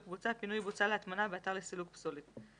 בוצה" 0 פינוי בוצה להטמנה באתר לסילוק פסולת".